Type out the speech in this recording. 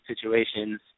situations